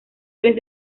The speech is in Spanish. tres